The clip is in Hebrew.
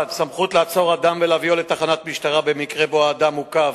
1. סמכות לעצור אדם ולהביאו לתחנת משטרה במקרה שבו האדם עוכב